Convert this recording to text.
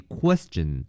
question